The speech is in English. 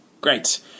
Great